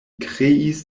kreis